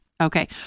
Okay